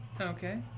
Okay